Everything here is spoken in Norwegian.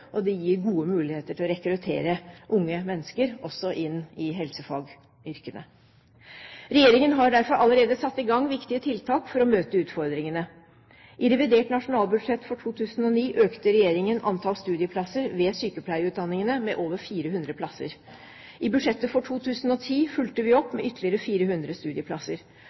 og det gir gode muligheter til å rekruttere unge mennesker også inn i helsefagyrkene. Regjeringen har derfor allerede satt i gang viktige tiltak for å møte utfordringene. I revidert nasjonalbudsjett for 2009 økte regjeringen antall studieplasser ved sykepleierutdanningene med over 400 plasser. I budsjettet for 2010 fulgte vi opp med ytterligere 400 studieplasser.